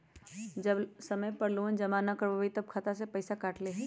जब समय पर लोन जमा न करवई तब खाता में से पईसा काट लेहई?